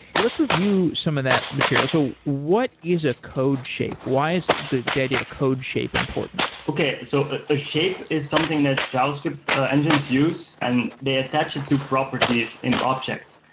let's review some of that materials. so what is a code shape? why is the the idea of a code shape important? okay. so a shape is something that javascript engines use and they attach it to properties in objects.